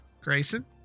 Grayson